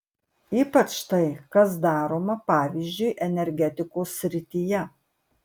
ypač tai kas daroma pavyzdžiui energetikos srityje